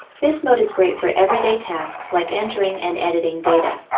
this mode is great for everyday tasks like entering and editing data.